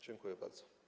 Dziękuję bardzo.